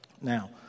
Now